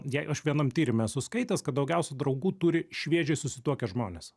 jei aš vienam tyrime esu skaitęs kad daugiausia draugų turi šviežiai susituokę žmonės